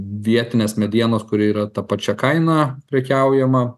vietinės medienos kuri yra ta pačia kaina prekiaujama